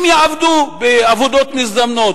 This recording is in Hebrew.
הם יעבדו בעבודות מזדמנות,